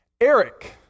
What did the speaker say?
Eric